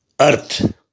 earth